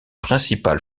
principal